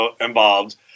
involved